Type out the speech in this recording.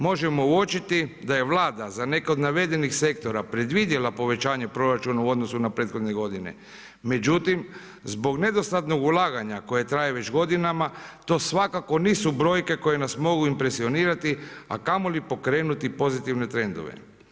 Možemo uočiti da je Vlada za neke od navedenih sektora predvidjela povećanje proračuna u odnosu na prethodne godine međutim zbog nedostatnog ulaganja koje traje već godinama, to svakako nisu brojke koje nas mogu impresionirati a kamoli pokrenuti pozitivne trendove.